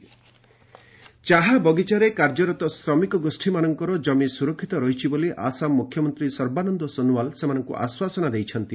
Assam CM ଚାହା ବଗିଚାରେ କାର୍ଯ୍ୟରତ ଶ୍ରମିକ ଗୋଷୀମାନଙ୍କର ଜମି ସୁରକ୍ଷିତ ରହିଛି ବୋଲି ଆସାମ ମୁଖ୍ୟମନ୍ତ୍ରୀ ସର୍ବାନନ୍ଦ ସୋନୱାଲ ସେମାନଙ୍କୁ ଆଶ୍ୱାସନ ଦେଇଛନ୍ତି